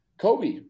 Kobe